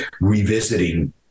revisiting